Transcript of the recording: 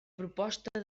proposta